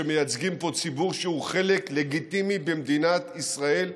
שמייצגים פה ציבור שהוא חלק לגיטימי במדינת ישראל,